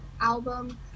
album